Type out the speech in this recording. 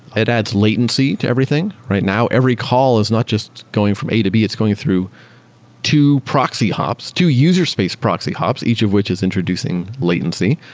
it adds latency to everything. right now, every call is not just going from a to b, it's going through to proxy hops, to user space proxy hops, each of which is introducing latency.